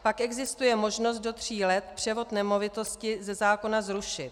Pak existuje možnost do tří let převod nemovitosti ze zákona zrušit.